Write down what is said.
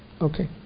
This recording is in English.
Okay